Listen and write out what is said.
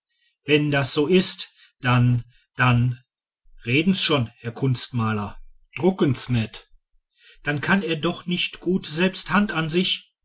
wenn das so ist dann dann reden's schon herr kunstmaler drucken's net dann kann er doch nicht gut selbst hand an sich